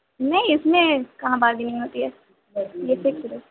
نہیں اُس میں کہاں بارگننگ ہوتی ہے